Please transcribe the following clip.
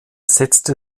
setzte